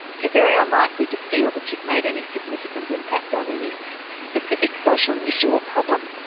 you're very unlikely to feel that you've made any significant impact on any specific social issue or problem,